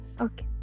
Okay